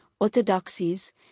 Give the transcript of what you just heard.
orthodoxies